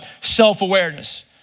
self-awareness